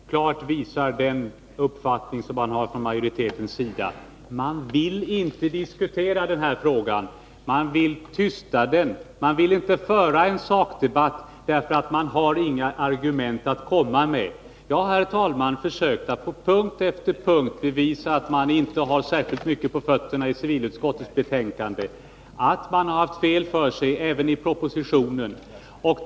Herr talman! Jag tycker att Thure Jadestigs svar klart visar den uppfattning man har från majoritetens sida. Man vill inte diskutera den här frågan, man vill tysta den. Man vill inte föra en sakdebatt, därför att man inte har några argument att komma med. Jag har försökt att på punkt efter punkt bevisa att man inte har särskilt mycket på fötterna i civilutskottets betänkande och att man har haft fel för sig även i propositionen.